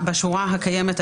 המתוקן.